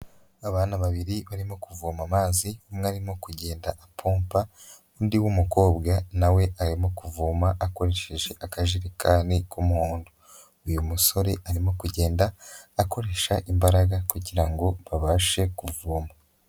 Abana babiri barimo kuvoma amazi, umwe arimo kugenda apompa, undi w'umukobwa nawe arimo kuvoma akoresheje akajerekani k'umuhondo, uyu musore arimo kugenda akoresha imbaraga kugira ngo babashe kuvoma.